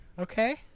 okay